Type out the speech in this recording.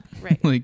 Right